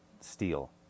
steel